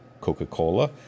Coca-Cola